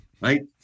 right